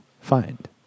find